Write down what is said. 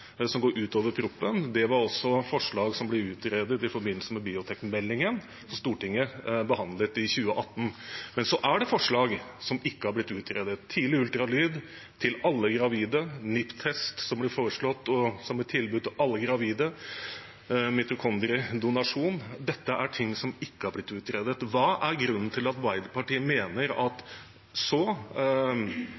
som går utover proposisjonen, er forslag som ble utredet i forbindelse med bioteknologimeldingen Stortinget behandlet i 2018. Men så er det forslag som ikke har blitt utredet – tidlig ultralyd til alle gravide, NIPT-test, som blir foreslått som et tilbud til alle gravide, mitokondriedonasjon. Dette er ting som ikke har blitt utredet. Hva er grunnen til at Arbeiderpartiet mener at